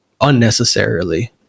unnecessarily